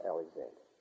Alexander